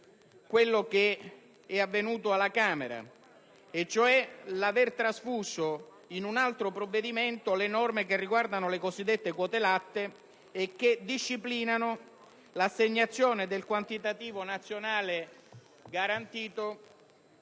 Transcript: ciò che è avvenuto alla Camera, ossia l'aver trasposto in un altro provvedimento le norme che riguardano le cosiddette quote latte e che disciplinano l'assegnazione del quantitativo nazionale garantito